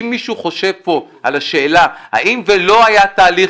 אם מישהו חושב פה על השאלה האם ולא היה תהליך